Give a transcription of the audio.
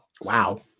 Wow